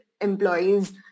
employees